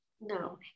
no